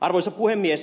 arvoisa puhemies